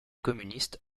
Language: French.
communiste